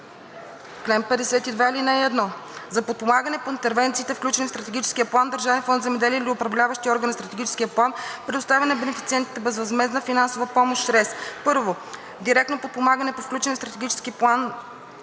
Чл. 52. (1) За подпомагане по интервенциите, включени в Стратегическия план, Държавен фонд „Земеделие“ или Управляващият орган на Стратегическия план предоставя на бенефициентите безвъзмездна финансова помощ чрез: 1. директно подпомагане по включените в Стратегическия план